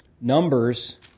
Numbers